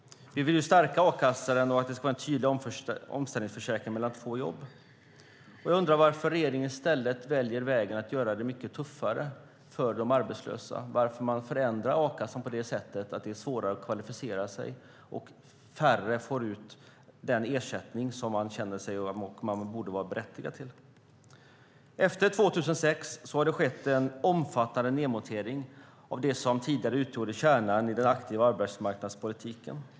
Vi vill stärka a-kassan och att den ska vara en tydlig omställningsförsäkring mellan två jobb. Jag undrar varför regeringen i stället väljer vägen att göra det mycket tuffare för de arbetslösa. Varför förändrar man a-kassan på det sättet att det blir svårare att kvalificera sig och färre får ut den ersättning som de känner att de borde vara berättigade till? Efter 2006 har det skett en omfattande nedmontering av det som tidigare utgjorde kärnan i den aktiva arbetsmarknadspolitiken.